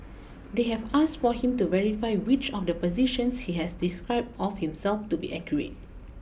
they have asked for him to verify which of the positions he has described of himself to be accurate